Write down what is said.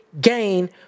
gain